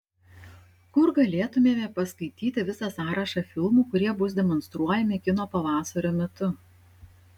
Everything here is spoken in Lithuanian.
kur galėtumėme paskaityti visą sąrašą filmų kurie bus demonstruojami kino pavasario metu